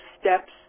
steps